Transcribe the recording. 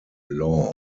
law